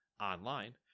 online